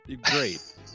great